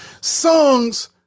songs